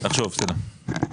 נחשוב בסדר.